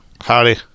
Howdy